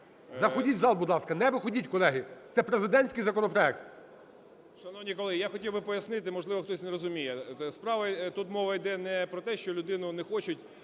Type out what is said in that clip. Заходіть в зал, будь ласка, не виходіть, колеги. Це президентський законопроект.